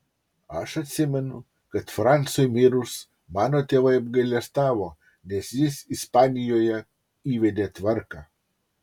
aš atsimenu kad francui mirus mano tėvai apgailestavo nes jis ispanijoje įvedė tvarką